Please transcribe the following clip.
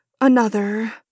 another